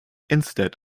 instead